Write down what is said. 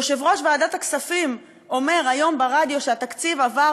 יושב-ראש ועדת הכספים אומר היום ברדיו שהתקציב עבר